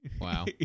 Wow